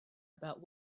about